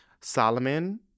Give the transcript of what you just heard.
Solomon